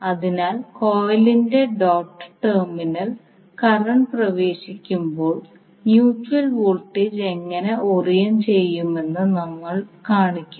അതിനാൽ കോയിലിന്റെ ഡോട്ട്ഡ് ടെർമിനലിൽ കറന്റ് പ്രവേശിക്കുമ്പോൾ മ്യൂച്വൽ വോൾട്ടേജ് എങ്ങനെ ഓറിയന്റ് ചെയ്യുമെന്ന് നമ്മൾ കാണിക്കുന്നു